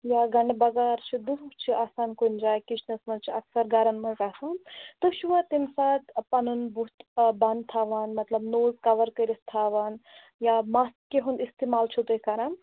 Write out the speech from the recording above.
یا گنٛڈٕ بَگار چھِ دٕہ چھِ آسان کُنہِ جایہِ کِچنَس منٛز چھِ اَکثر گَرَن منٛز آسان تُہۍ چھُوا تَمۍ ساتہٕ پَنُن بُتھ بنٛد تھاوان مطلب نوز کَوَر کٔرِتھ تھاوان یا ماسکہِ ہُنٛد اِستعمال چھُو تُہۍ کران